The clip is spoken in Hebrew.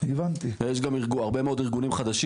ויש גם הרבה מאוד ארגונים חדשים.